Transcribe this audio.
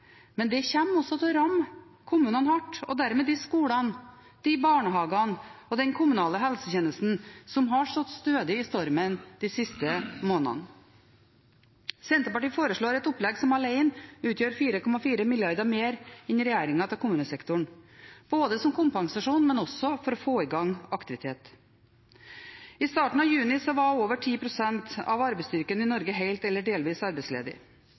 Men det kommer også til å ramme kommunene hardt og dermed de skolene, de barnehagene og den kommunale helsetjenesten som har stått stødig i stormen de siste månedene. Senterpartiet foreslår et opplegg som alene utgjør 4,4 mrd. kr mer enn regjeringen til kommunesektoren, både som kompensasjon og for å få i gang aktivitet. I starten av juni var over 10 pst. av arbeidsstyrken i Norge helt eller delvis arbeidsledig.